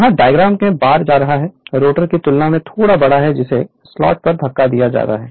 यहां डायग्राम में बार जा रहा है रोटर की तुलना में थोड़ा बड़ा है जिसे स्लॉट पर धक्का दिया जाता है